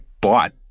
bought